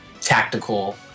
tactical